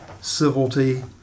civility